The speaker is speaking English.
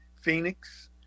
Phoenix